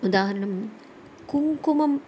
उदाहरणं कुम्कुमम्